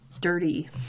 dirty